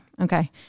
okay